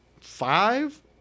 five